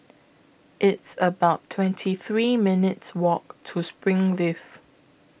It's about twenty three minutes Walk to Springleaf